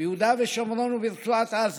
ביהודה ושומרון וברצועת עזה,